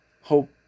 hope